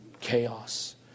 chaos